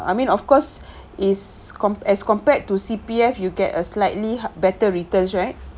I mean of course is comp~ as compared to C_P_F you get a slightly better returns right